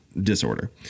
disorder